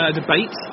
debate